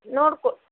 ನೋಡಿಕೊ